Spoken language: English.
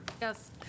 Yes